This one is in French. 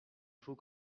faut